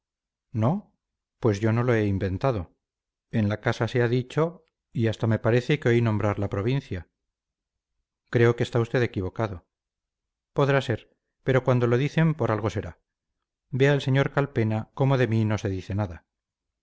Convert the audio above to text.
no pues yo no lo he inventado en la casa se ha dicho y hasta me parece que oí nombrar la provincia creo que está usted equivocado podrá ser pero cuando lo dicen por algo será vea el sr calpena como de mí no se dice nada